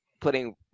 putting